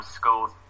schools